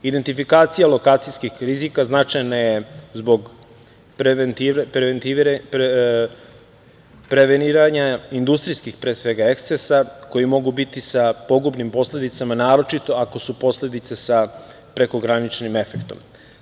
Identifikacija lokacijskih rizika značajna je zbog preveniranja industrijskih pre svega ekscesa koji mogu biti sa pogubnim posledicama naročito ako su posledice sa prekograničnim efektom.